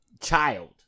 child